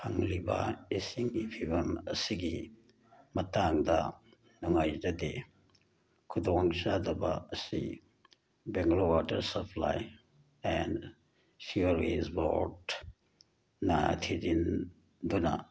ꯐꯪꯂꯤꯕ ꯏꯁꯤꯡꯒꯤ ꯐꯤꯕꯝ ꯑꯁꯤꯒꯤ ꯃꯇꯥꯡꯗ ꯅꯨꯡꯉꯥꯏꯖꯗꯦ ꯈꯨꯗꯣꯡ ꯆꯥꯗꯕ ꯑꯁꯤ ꯕꯦꯡꯒ꯭ꯂꯣꯔ ꯋꯥꯇꯔ ꯁꯄ꯭ꯂꯥꯏ ꯑꯦꯟ ꯁꯤꯑꯣꯌꯦꯁ ꯕꯣꯔꯗꯅ ꯊꯤꯖꯤꯟꯗꯨꯅ